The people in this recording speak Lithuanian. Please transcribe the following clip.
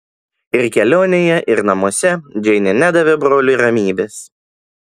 ir kelionėje ir namuose džeinė nedavė broliui ramybės